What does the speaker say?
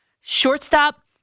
Shortstop